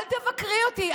אל תבקרי אותי,